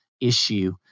issue